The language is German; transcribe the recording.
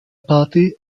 party